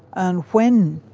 and when,